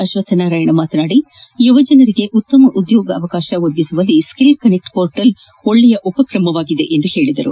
ಅಶ್ವಥ್ ನಾರಾಯಣ ಮಾತನಾಡಿ ಯುವಜನರಿಗೆ ಉತ್ತಮ ಉದ್ಯೋಗಾವಕಾಶ ಒದಗಿಸುವಲ್ಲಿ ಸ್ಕಿಲ್ ಕನೆಕ್ಟ್ ಪೋರ್ಟಲ್ ಒಳ್ಳೆಯ ಉಪಕ್ರಮವಾಗಿದೆ ಎಂದು ಹೇಳಿದರು